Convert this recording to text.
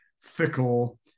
fickle